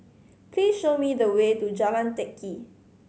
please show me the way to Jalan Teck Kee